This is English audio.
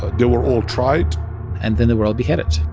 they were all tried and then they were all beheaded